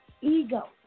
ego